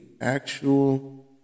actual